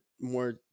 more